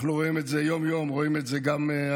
אנחנו רואים את זה יום-יום, רואים את זה גם הערב.